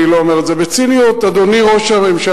אני לא אומר את זה בציניות: אדוני ראש הממשלה,